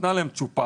נתנה להן צ'ופר,